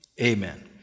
amen